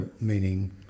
Meaning